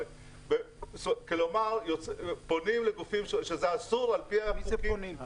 כלומר, פונים --- מי זה פונים?